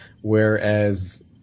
whereas